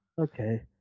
okay